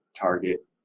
target